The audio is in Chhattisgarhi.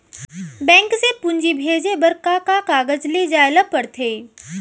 बैंक से पूंजी भेजे बर का का कागज ले जाये ल पड़थे?